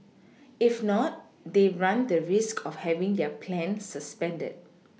if not they run the risk of having their plan suspended